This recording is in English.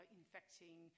infecting